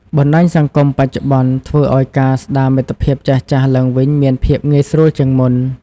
បណ្ដាញសង្គមបច្ចុប្បន្នធ្វើឱ្យការស្ដារមិត្តភាពចាស់ៗឡើងវិញមានភាពងាយស្រួលជាងមុន។